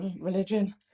religion